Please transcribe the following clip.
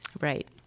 right